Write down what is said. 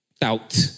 doubt